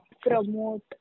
promote